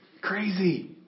Crazy